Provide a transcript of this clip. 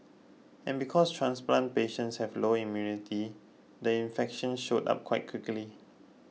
and because transplant patients have lower immunity the infection showed up quite quickly